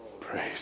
Praise